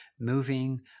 moving